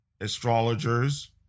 astrologers